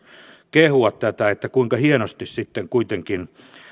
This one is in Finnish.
kehua tätä kuinka hienosti sitten kuitenkin